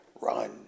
Run